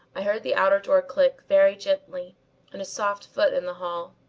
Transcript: i heard the outer door click very gently and a soft foot in the hall.